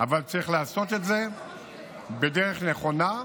אבל צריך לעשות את זה בדרך נכונה,